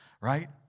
Right